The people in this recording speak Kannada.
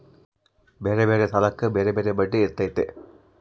ಬ್ಯಾರೆ ಬ್ಯಾರೆ ಸಾಲಕ್ಕ ಬ್ಯಾರೆ ಬ್ಯಾರೆ ಬಡ್ಡಿ ಇರ್ತತೆ